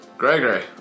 Gregory